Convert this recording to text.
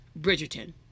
Bridgerton